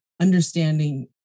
understanding